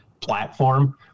platform